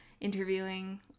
interviewing